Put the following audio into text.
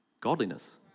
godliness